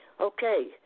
Okay